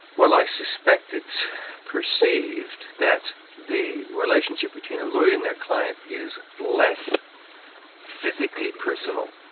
well i suspect it's perceived that the relationship between a lawyer and their client is less physically personal,